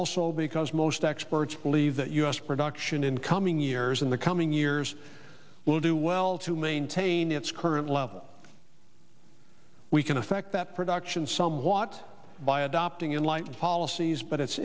also because most experts believe that u s production in coming years in the coming years will do well to maintain its current level we can affect that production somewhat by adopting enlightened policies but it